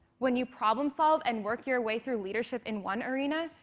when you problem solve and work your way through leadership in one arena,